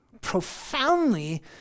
profoundly